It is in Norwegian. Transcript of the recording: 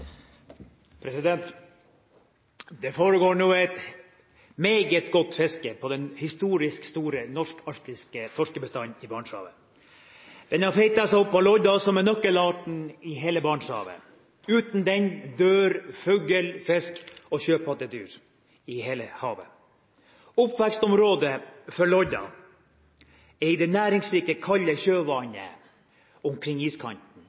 oppfølgingsspørsmål. Det foregår nå et meget godt fiske på den historisk store norsk-arktiske torskebestanden i Barentshavet. Den har feitet seg opp på lodde, som er nøkkelarten i hele Barentshavet. Uten den dør fugl, fisk og sjøpattedyr i hele havet. Oppvekstområdet for lodden er det næringsrike kalde sjøvannet omkring iskanten,